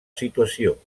situació